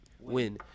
Win